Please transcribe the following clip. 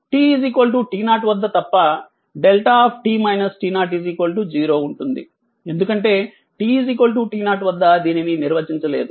t t0 వద్ద తప్ప δ 0 ఉంటుంది ఎందుకంటే t t0 వద్ద దీనిని నిర్వచించలేదు